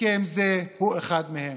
הסכם זה הוא אחד מהם.